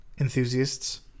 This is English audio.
Enthusiasts